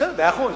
בסדר, מאה אחוז.